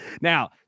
Now